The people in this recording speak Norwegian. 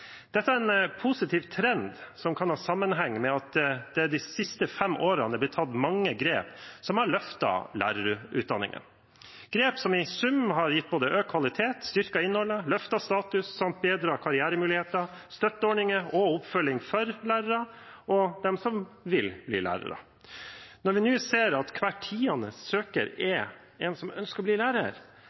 Dette er en positiv trend, som kan ha sammenheng med at det de siste fem årene er blitt tatt mange grep som har løftet lærerutdanningen – grep som i sum både har gitt økt kvalitet, styrket innholdet, løftet statusen og bedret karrieremuligheter, støtteordninger og oppfølging for lærere og for dem som vil bli lærere. Når vi nå ser at hver tiende søker er en som ønsker å bli lærer,